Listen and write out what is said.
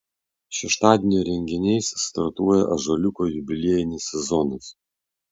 šeštadienio renginiais startuoja ąžuoliuko jubiliejinis sezonas